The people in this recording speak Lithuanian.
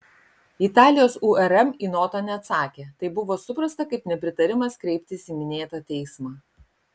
italijos urm į notą neatsakė tai buvo suprasta kaip nepritarimas kreiptis į minėtą teismą